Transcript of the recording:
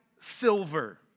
silver